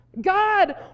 God